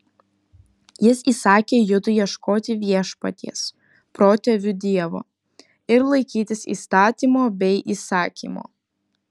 jis įsakė judui ieškoti viešpaties protėvių dievo ir laikytis įstatymo bei įsakymo